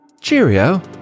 cheerio